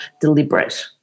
deliberate